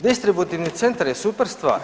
Distributivni centar je super stvar.